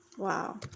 Wow